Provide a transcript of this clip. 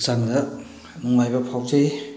ꯍꯛꯆꯥꯡꯗ ꯅꯨꯡꯉꯥꯏꯕ ꯐꯥꯎꯖꯩ